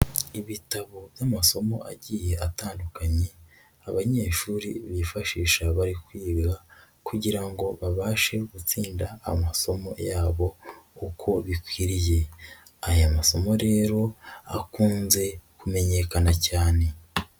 Ibitabo by'amasomo agiye atandukanye abanyeshuri bifashisha bari kwiga kugira babashe gutsinda amasomo yabo uko bikwiriye, aya masomo rero akunze kumenyekana cyane.